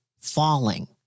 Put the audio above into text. falling